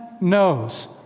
knows